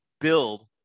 build